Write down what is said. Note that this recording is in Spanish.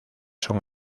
son